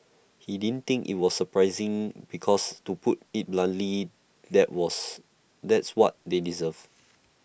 he didn't think IT was A surprising because to put IT bluntly that was that's what they deserve